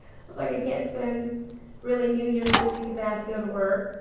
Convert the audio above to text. it's like i can't been really new year's with you because i have to go to work.